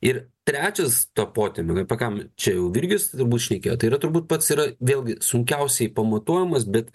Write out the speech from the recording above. ir trečias ta potemė apie kam čia jau virgis turbūt šnekėjo tai yra turbūt pats yra vėlgi sunkiausiai pamatuojamas bet